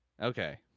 okay